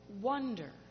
wonder